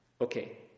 Okay